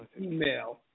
email